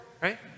Right